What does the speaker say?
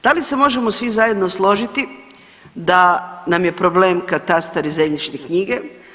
Da li se možemo svi zajedno složiti da nam je problem katastar i zemljišne knjige?